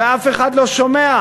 ואף אחד לא שומע.